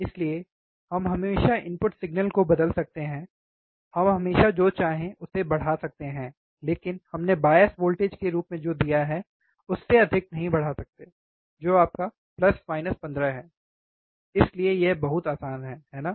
इसलिए हम हमेशा इनपुट सिग्नल को बदल सकते हैं हम हमेशा जो चाहें उसे बढ़ा सकते हैं लेकिन हमने बायस वोल्टेज के रूप में जो दिया है उससे अधिक नहीं बढ़ा सकते हैं जो आपका प्लस माइनस 15 है इसलिए यह बहुत आसान है है ना